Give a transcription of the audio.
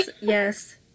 yes